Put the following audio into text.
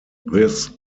this